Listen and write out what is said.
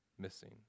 missing